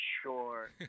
sure